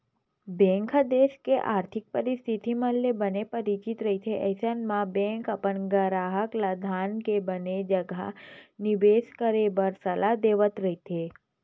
bank ह देस के आरथिक परिस्थिति मन ले बने परिचित रहिथे अइसन म बेंक अपन गराहक ल धन के बने जघा निबेस करे बर सलाह देवत रहिथे